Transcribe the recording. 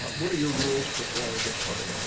what are your rules for throwing a good party?